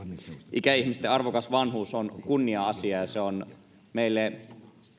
ikäihmisten arvokas vanhuus on kunnia asia ja se on meille